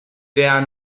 der